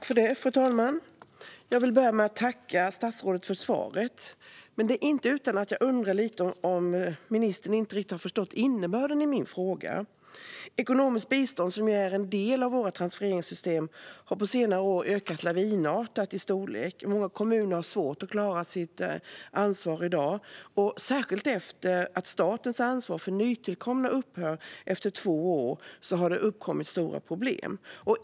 Fru talman! Jag vill börja med att tacka statsrådet för svaret, men det är inte utan att jag undrar lite om ministern riktigt har förstått innebörden i min fråga. Ekonomiskt bistånd, som ju är en del av våra transfereringssystem, har på senare år ökat lavinartat i storlek, och många kommuner har i dag svårt att klara sitt ansvar. Särskilt efter att statens ansvar för nytillkomna upphör efter två år har det uppkommit stora problem.